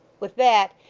with that,